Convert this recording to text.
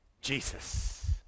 Jesus